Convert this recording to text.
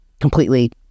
completely